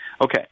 Okay